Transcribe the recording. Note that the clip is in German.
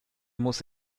muss